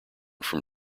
from